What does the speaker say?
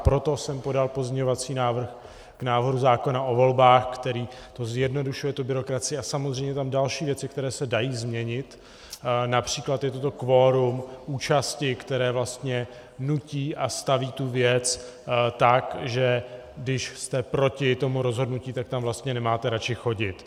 Proto jsem podal pozměňovací návrh k návrhu zákona o volbách, který zjednodušuje tu byrokracii a samozřejmě další věci, které se dají změnit, například je to to kvorum účasti, které vlastně nutí a staví tu věc tak, že když jste proti tomu rozhodnutí, tak tam vlastně nemáte radši chodit.